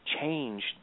change